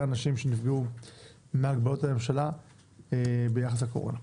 אנשים שנפגעו מהגבלות הממשלה ביחס לקורונה.